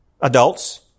adults